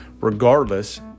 Regardless